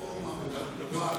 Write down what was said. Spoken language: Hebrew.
רפורמות.